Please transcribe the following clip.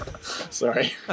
sorry